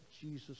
Jesus